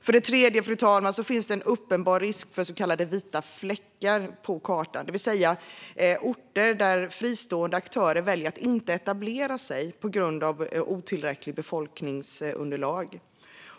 För det tredje, fru talman, finns det en uppenbar risk för så kallade vita fläckar på kartan, det vill säga orter där fristående aktörer väljer att inte etablera sig på grund av otillräckligt befolkningsunderlag.